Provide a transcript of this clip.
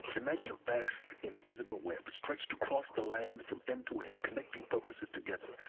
imagine a vast, invisible web, stretched across the land from end to end, connecting focuses together.